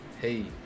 hey